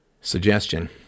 suggestion